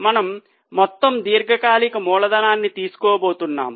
మనము మొత్తం దీర్ఘకాలిక మూలధనాన్ని తీసుకోబోతున్నాము